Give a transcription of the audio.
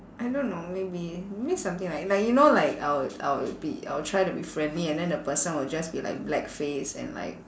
I don't know maybe means something like like you know like I'll I'll be I'll try to be friendly and then the person will just be like black face and like